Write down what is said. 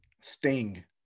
Sting